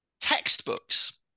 textbooks